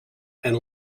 and